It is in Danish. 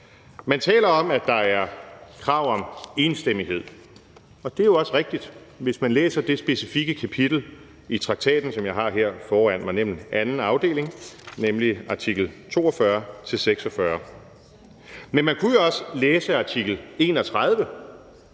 Man taler om, at der er krav om enstemmighed, og det er jo også rigtigt, hvis man læser det specifikke kapitel i traktaten, som jeg har her foran mig, nemlig anden afdeling, artikel 42 til 46. Men man kunne jo også læse artikel 31,